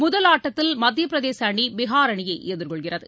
முதல் ஆட்டத்தில் மத்தியப்பிரதேச அணி பிகார் அணியை எதிர்கொள்கிறது